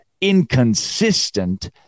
inconsistent